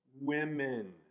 Women